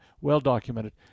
well-documented